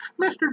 Mr